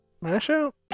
Mash-out